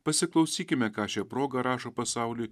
pasiklausykime ką šia proga rašo pasauliui